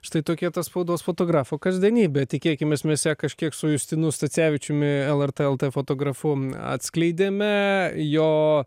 štai tokia ta spaudos fotografo kasdienybė tikėkimės misija kažkiek su justinu stacevičiumi lrt lt fotografu atskleidėme jo